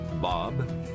Bob